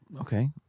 Okay